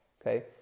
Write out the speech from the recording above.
Okay